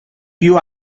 più